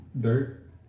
Dirt